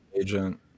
agent